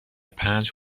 پنج